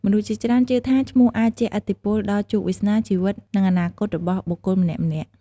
មនុស្សជាច្រើនជឿថា ឈ្មោះអាចជះឥទ្ធិពលដល់ជោគវាសនា ជីវិត និងអនាគតរបស់បុគ្គលម្នាក់ៗ។